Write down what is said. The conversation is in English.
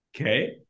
okay